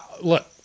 look